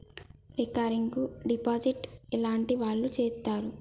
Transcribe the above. Recurring deposit ఎట్లాంటి వాళ్లు చేత్తరు?